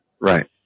Right